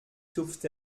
tupft